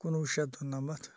کُنوُہ شَتھ دُنَمَتھ